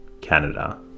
Canada